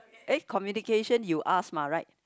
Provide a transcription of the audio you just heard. eh communication you asked mah right